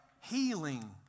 healing